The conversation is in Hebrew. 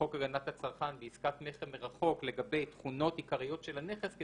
חוק הגנת הצרכן בעסקת מכר מרחוק לגבי תכונות עיקריות של הנכס,